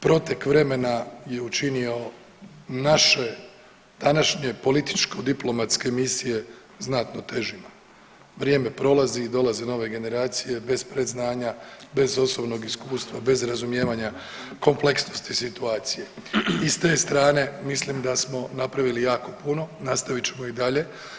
Protek vremena je učinio naše današnje političko diplomatske misije znatno težima, vrijeme prolazi i dolaze nove generacije bez predznanja, bez osobnog iskustva, bez razumijevanja kompleksnosti situacije i s te strane mislim da smo napravili jako puno, nastavit ćemo i dalje.